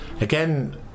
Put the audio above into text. again